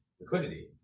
liquidity